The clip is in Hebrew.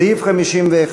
סעיף 51,